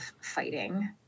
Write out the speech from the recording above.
fighting